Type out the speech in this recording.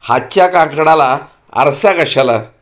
हातच्या काकणाला आरसा कशाला